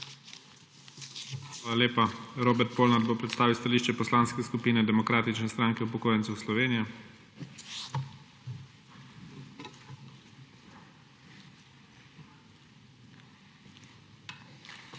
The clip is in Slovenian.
Hvala lepa. Robert Polnar bo predstavil stališče Poslanske skupine Demokratične stranke upokojencev Slovenije. **ROBERT